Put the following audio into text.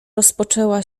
rozpoczęła